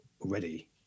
already